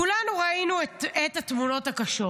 כולנו ראינו את התמונות הקשות,